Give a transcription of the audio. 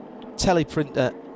teleprinter